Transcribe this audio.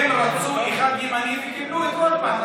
הם רצו אחד ימני, וקיבלו את רוטמן.